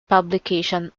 publication